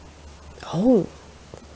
oh